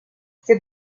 ses